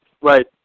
Right